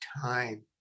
time